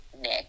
Nick